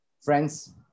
Friends